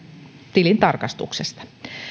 tilintarkastuksesta